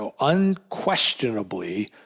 unquestionably